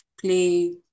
play